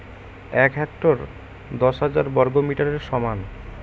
এক হেক্টর দশ হাজার বর্গমিটারের সমান